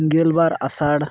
ᱜᱮᱞᱵᱟᱨ ᱟᱥᱟᱲ